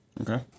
Okay